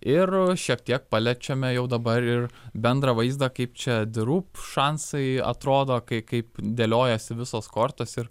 ir šiek tiek paliečiame jau dabar ir bendrą vaizdą kaip čia the roop šansai atrodo kai kaip dėliojasi visos kortos ir